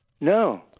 No